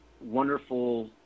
wonderful